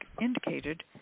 indicated